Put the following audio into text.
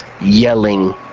yelling